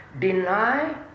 deny –